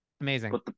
Amazing